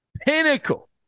Pinnacle